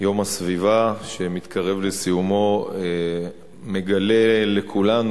יום הסביבה שמתקרב לסיומו מגלה לכולנו,